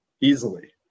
Easily